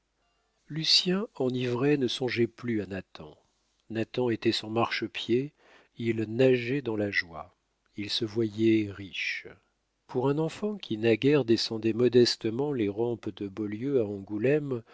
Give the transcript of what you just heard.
lucien enivré ne songeait plus à nathan nathan était son marche-pied il nageait dans la joie il se voyait riche pour un enfant qui naguère descendait modestement les rampes de beaulieu à angoulême